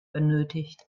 benötigt